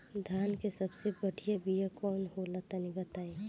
धान के सबसे बढ़िया बिया कौन हो ला तनि बाताई?